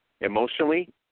emotionally